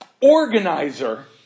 organizer